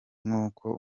nk’uko